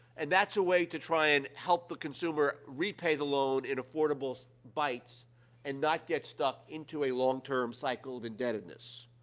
and that's a way to try and help the consumer repay the loan in affordable bites and not get stuck into a long-term cycle of indebtedness.